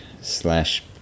slash